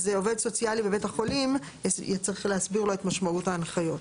אז עובד סוציאלי בבית החולים יהיה צריך להסביר לו את משמעות ההנחיות.